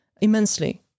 immensely